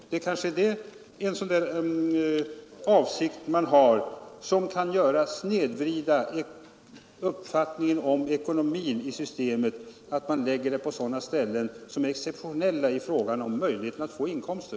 Att försöksverksamheten förläggs till områden där möjligheterna att få inkomster är exceptionella kan ge en snedvriden uppfattning om de ekonomiska förutsättningarna för systemet. Men det är kanske en sådan avsikt man har.